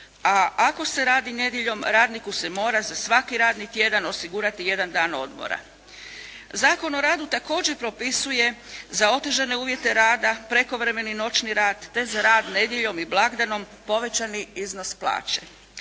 a ako se radi nedjeljom radniku se mora za svaki radni tjedan osigurati jedan dan odmora. Zakon o radu također propisuje za otežane uvjete rada, prekovremeni noćni rad te za rad nedjeljom i blagdanom povećani iznos plaće.